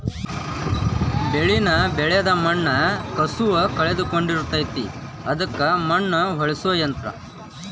ಬೆಳಿನ ಬೆಳದ ಮಣ್ಣ ಕಸುವ ಕಳಕೊಳಡಿರತತಿ ಅದಕ್ಕ ಮಣ್ಣ ಹೊಳ್ಳಸು ಯಂತ್ರ